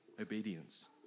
obedience